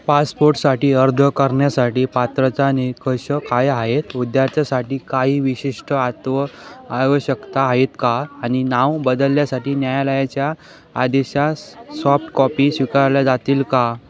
पासपोटसाठी अर्ज करण्यासाठी पात्रता निकष काय आहेत विद्यार्थ्यासाठी काही विशिष्ट आत्व आवश्यकता आहेत का आणि नाव बदलण्यासाठी न्यायालयाच्या आदेशास सॉफ्टकॉपी स्वीकारल्या जातील का